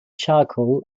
charcoal